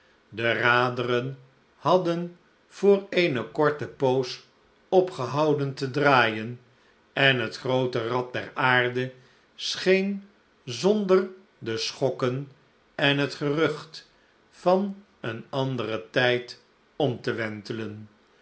de raderen hadden voor eene korte poos opgehouden te draaien en het grooterad der aarde scheen zonder de schokken en het gerucht van een anderen tijd om te wontelen